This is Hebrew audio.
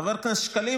חבר הכנסת שקלים,